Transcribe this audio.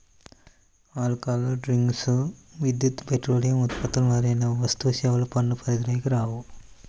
alcohol drinks, విద్యుత్, petroleum ఉత్పత్తులు మొదలైనవి వస్తుసేవల పన్ను పరిధిలోకి రావు